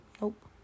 Nope